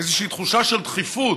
איזושהי תחושה של דחיפות,